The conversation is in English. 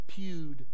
pewed